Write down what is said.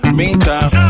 meantime